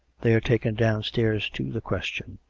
they are taken downstairs to the question,